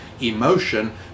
emotion